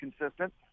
consistent